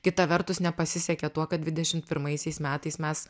kita vertus nepasisekė tuo kad dvidešimt pirmaisiais metais mes